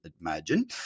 imagine